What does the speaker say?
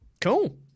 Cool